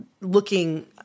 looking